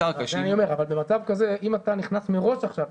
אם אתה נכנס מראש עכשיו,